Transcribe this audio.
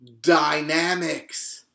Dynamics